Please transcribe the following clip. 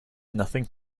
nothing